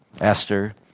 Esther